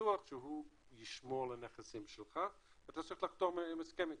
בטוח שהוא ישמור על הנכסים שלך ואתה צריך לחתום על הסכם איתו,